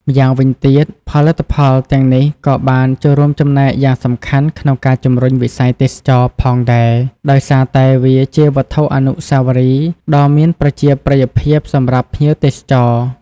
ម្យ៉ាងវិញទៀត ផលិតផលទាំងនេះក៏បានចូលរួមចំណែកយ៉ាងសំខាន់ក្នុងការ ជំរុញវិស័យទេសចរណ៍ ផងដែរ ដោយសារតែវាជាវត្ថុអនុស្សាវរីយ៍ដ៏មានប្រជាប្រិយភាពសម្រាប់ភ្ញៀវទេសចរ។